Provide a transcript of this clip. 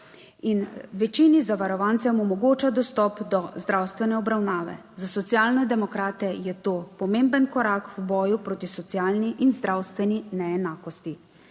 in večini zavarovancem omogoča dostop do zdravstvene obravnave. Za Socialne demokrate je to pomemben korak v boju proti socialni in zdravstveni neenakosti.